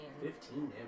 Fifteen